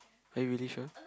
are you really sure